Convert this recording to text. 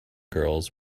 girls